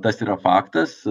tas yra faktas